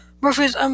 Murphy's